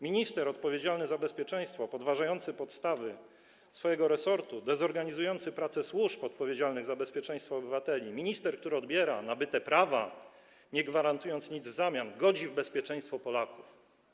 Minister odpowiedzialny za bezpieczeństwo podważający podstawy swojego resortu, dezorganizujący pracę służb odpowiedzialnych za bezpieczeństwo obywateli, minister, który odbiera nabyte prawa, nie gwarantując nic w zamian, godzi w bezpieczeństwo Polaków.